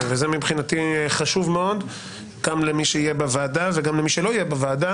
וזה מבחינתי חשוב מאוד גם למי שיהיה בוועדה וגם למי שלא יהיה בוועדה,